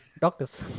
Doctors